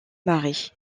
mary